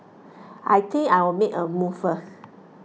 I think I'll make a move first